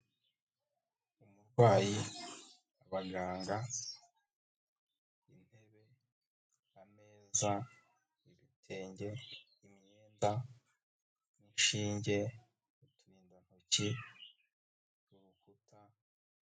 Umurwayi, abaganga, intebe, ameza, ibitenge, imyenda, inshinge, uturindantoki, urukuta.